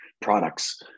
products